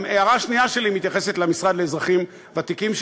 הערה שנייה שלי מתייחסת למשרד לאזרחים ותיקים,